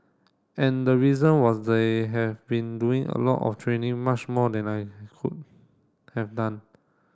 and the reason was they have been doing a lot of training much more than I could have done